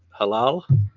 halal